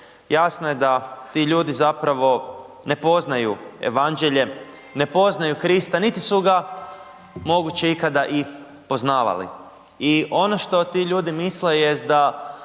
jasno je da ti ljudi zapravo ne poznaju evanđelje, ne poznaju Krista niti su ga moguće ikada i poznavali. I ono što ti ljudi misle jest da